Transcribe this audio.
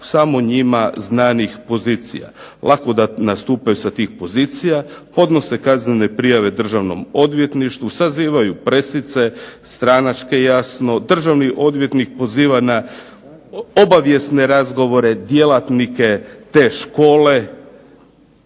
samo njima znanih pozicija. Lako da nastupaju sa tih pozicija, odnose kaznene prijave Državnom odvjetništvu, sazivaju presice, stranačke jasno, državni odvjetnik poziva na obavijesne razgovore djelatnike te škole.